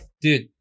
dude